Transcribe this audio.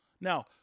Now